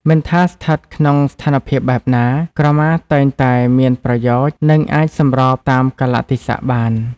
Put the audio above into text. មិនថាស្ថិតក្នុងស្ថានភាពបែបណា ក្រមាតែងតែមានប្រយោជន៍ និងអាចសម្របតាមកាលៈទេសៈបាន។